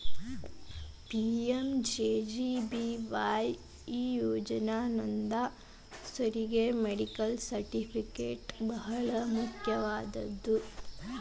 PMJJBY ಈ ಯೋಜನಾ ನೋಂದಾಸೋರಿಗಿ ಮೆಡಿಕಲ್ ಸರ್ಟಿಫಿಕೇಟ್ ಹಚ್ಚಬೇಕಂತೆನ್ ಕಂಡೇಶನ್ ಇಲ್ಲ